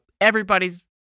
everybody's